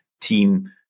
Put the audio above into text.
team